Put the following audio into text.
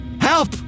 Help